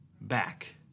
back